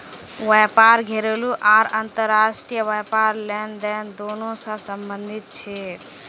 व्यापार घरेलू आर अंतर्राष्ट्रीय व्यापार लेनदेन दोनों स संबंधित छेक